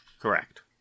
Correct